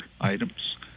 items